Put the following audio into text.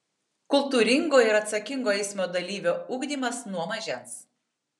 kultūringo ir atsakingo eismo dalyvio ugdymas nuo mažens